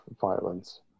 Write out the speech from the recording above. violence